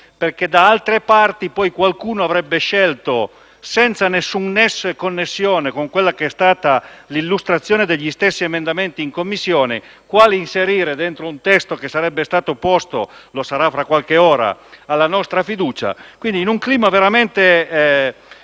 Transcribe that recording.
perché da altre parti qualcuno avrebbe scelto, senza alcun nesso con quella che è stata l'illustrazione degli stessi emendamenti in Commissione, quali inserire all'interno di un testo che sarebbe stato posto - lo sarà fra qualche ora - alla nostra fiducia, in un clima veramente